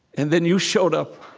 and then you showed up.